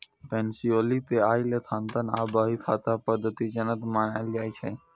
Pacioli कें आइ लेखांकन आ बही खाता पद्धतिक जनक मानल जाइ छै